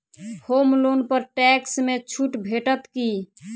होम loan पर टैक्स मे छुट भेटत की